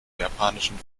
japanischen